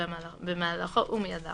במהלכו ומיד לאחריו,